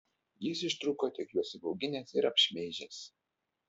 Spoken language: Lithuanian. jis ištrūko tik juos įbauginęs ir apšmeižęs